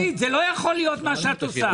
אבל, אורית, זה לא יכול להיות מה שאת עושה.